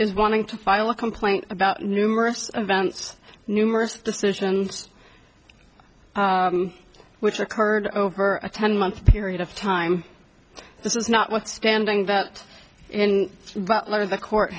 is wanting to file a complaint about numerous events numerous decisions which occurred over a ten month period of time this is not withstanding that in butler the court